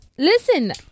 Listen